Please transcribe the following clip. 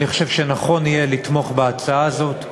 אני חושב שנכון יהיה לתמוך בהצעת החוק הזאת,